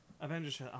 Avengers